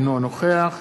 אינו נוכח